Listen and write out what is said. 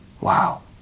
Wow